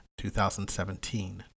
2017